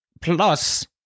plus